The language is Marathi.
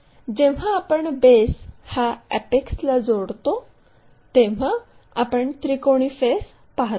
जेव्हा आपण बेस हा अॅपेक्सला जोडतो तेव्हा आपण त्रिकोणी फेस पाहतो